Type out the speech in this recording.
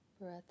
Breath